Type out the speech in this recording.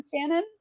Shannon